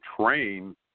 train